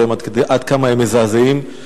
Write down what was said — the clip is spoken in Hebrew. עד כמה הם מזעזעים,